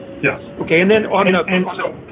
yes. okay, and then on you know and so